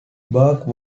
burke